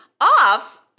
off